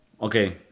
Okay